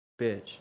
Bitch